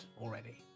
already